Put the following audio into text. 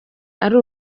ari